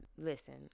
Listen